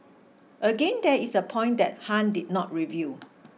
again there is a point that Han did not reveal